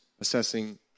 assessing